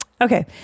Okay